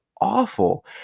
awful